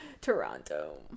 Toronto